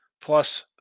plus